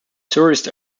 tourist